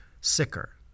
sicker